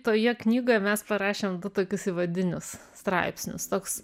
toje knygoje mes parašėm du tokius įvadinius straipsnius toks